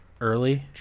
Early